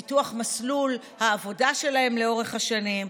פיתוח מסלול העבודה שלהם לאורך השנים,